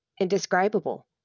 indescribable